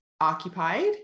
occupied